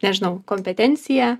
nežinau kompetencija